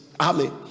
Amen